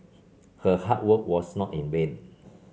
her hard work was not in vain